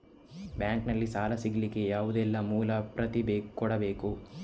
Bank ನಲ್ಲಿ ಸಾಲ ಸಿಗಲಿಕ್ಕೆ ಯಾವುದೆಲ್ಲ ಮೂಲ ಪ್ರತಿ ಕೊಡಬೇಕು?